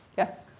Yes